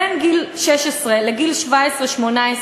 בין גיל 16 לגיל 18-17,